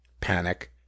panic